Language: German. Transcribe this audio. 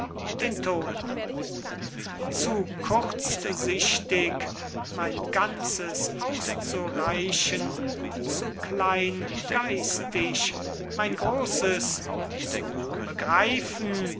den ton an zu kurzsichtig mein ganzes auszureichen zu kleingeistisch mein grosses zu begreifen